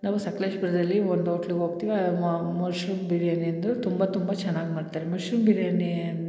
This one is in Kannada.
ನಾವು ಸಕಲೇಶಪುರದಲ್ಲಿ ಒಂದು ಓಟ್ಲಗೆ ಹೋಗ್ತೀವಿ ಮಶ್ರೂಮ್ ಬಿರಿಯಾನಿ ಅಂದ್ರೂ ತುಂಬ ತುಂಬ ಚೆನ್ನಾಗಿ ಮಾಡ್ತಾರೆ ಮಶ್ರೂಮ್ ಬಿರಿಯಾನಿ